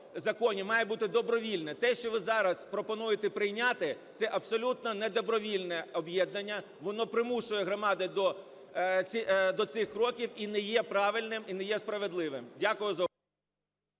має бути - добровільне. Те, що ви зараз пропонуєте прийняти, це абсолютно недобровільне об'єднання. Воно примушує громади до цих кроків і не є правильним, і не є справедливим. Дякую за увагу.